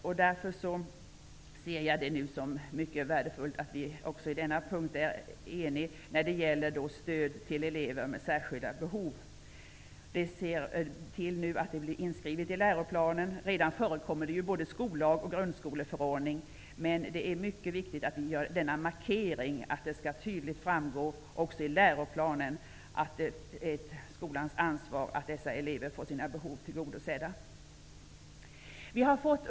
Därför ser jag det nu som mycket värdefullt att vi också är eniga när det gäller stöd till elever med särskilda behov. Detta blir nu inskrivet i läroplanen. Det förekommer redan i både skollag och grundskoleförordning, men det är mycket viktigt att vi gör denna markering om att det tydligt skall framgå också i läroplanen. Det är skolans ansvar att dessa elever får sina behov tillgodosedda.